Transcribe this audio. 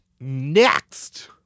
Next